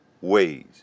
ways